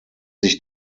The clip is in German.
sich